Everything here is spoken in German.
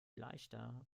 leichter